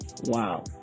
Wow